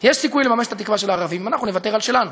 יש סיכוי לממש את התקווה של הערבים אם אנחנו נוותר על שלנו.